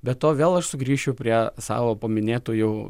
be to vėl aš sugrįšiu prie savo paminėtų jau